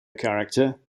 character